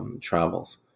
travels